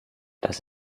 das